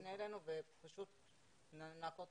תפנה אלינו ונעקור את